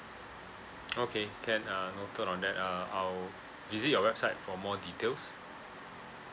okay can uh noted on that uh I'll visit your website for more details